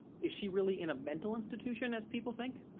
is she really in a mental institution, as people think?